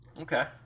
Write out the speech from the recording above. okay